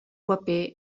paper